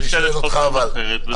יש כאלו שחושבים אחרת.